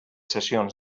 sessions